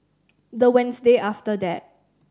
the Wednesday after that